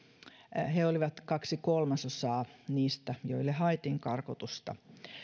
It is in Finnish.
he olivat kaksi kolmasosaa niistä joille haettiin karkotusta